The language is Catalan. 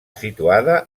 situada